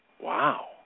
Wow